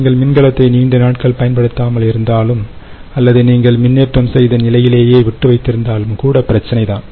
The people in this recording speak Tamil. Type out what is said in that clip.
நீங்கள் மின்கலத்தை நீண்ட நாட்கள் பயன்படுத்தாமல் இருந்தாலும் அல்லது நீங்கள் மின்னேற்றம் செய்து நிலையிலேயே விட்டு வைத்திருந்தாலும்கூட பிரச்சனை தான்